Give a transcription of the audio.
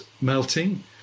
melting